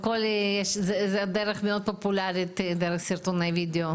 זו דרך מאוד פופולרית דרך סרטוני וידאו.